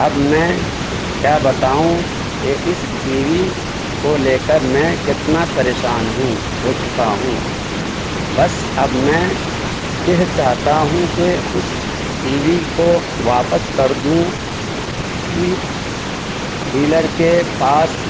اب میں کیا بتاؤں کہ اس ٹی وی کو لے کر میں کتنا پریشان ہوں ہو چکا ہوں بس اب میں یہ چاہتا ہوں کہ اس ٹی وی کو واپس کر دوں اسی ڈیلر کے پاس